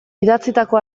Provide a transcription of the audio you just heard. idatzitako